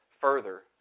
further